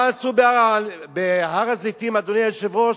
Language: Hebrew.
מה עשו בהר-הזיתים, אדוני היושב-ראש?